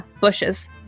bushes